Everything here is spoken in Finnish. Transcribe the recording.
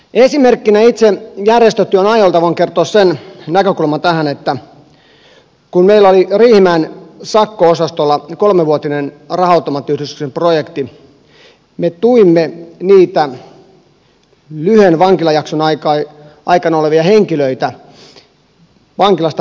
esimerkkinä itse järjestötyön ajoilta voin kertoa tähän sen näkökulman että kun meillä oli riihimäen sakko osastolla kolmivuotinen raha automaattiyhdistyksen projekti me tuimme lyhyen vankilajakson aikana olevia henkilöitä vankilasta vapautumiseen